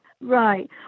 Right